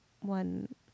one